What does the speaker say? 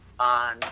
On